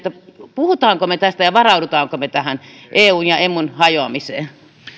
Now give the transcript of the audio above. puhummeko me tästä ja varaudummeko me eun ja emun hajoamiseen